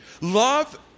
Love